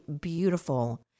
beautiful